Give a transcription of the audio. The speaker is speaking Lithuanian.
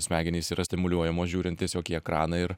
smegenys yra stimuliuojamos žiūrint tiesiog į ekraną ir